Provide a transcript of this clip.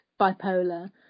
bipolar